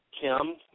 Kim